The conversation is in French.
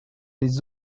les